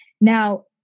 Now